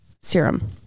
serum